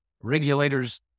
regulators